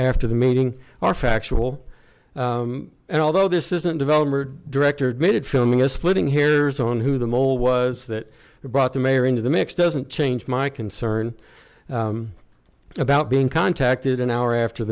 after the meeting are factual and although this isn't developed director admitted filming is splitting hairs on who the mole was that brought the mayor into the mix doesn't change my concern about being contacted an hour after